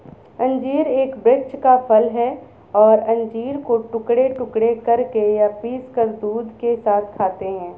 अंजीर एक वृक्ष का फल है और अंजीर को टुकड़े टुकड़े करके या पीसकर दूध के साथ खाते हैं